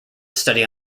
study